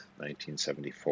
1974